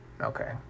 Okay